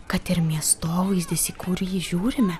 kad ir miestovaizdis į kurį žiūrime